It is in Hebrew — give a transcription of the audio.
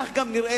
כך היא גם נראית,